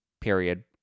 Period